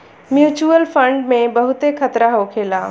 mutual fund में बहुते खतरा होखेला